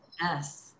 yes